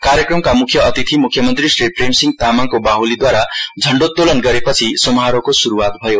कार्यक्रमका मुख्य अतिथि मुख्यमन्त्री श्री प्रेमसिंह तामाङको बाहुलीद्वारा झण्डात्तोलन गरेपछि समारोहको सुरुवात भयो